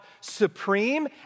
supreme